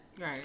Right